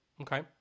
Okay